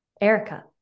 Erica